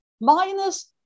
minus